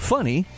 Funny